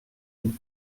she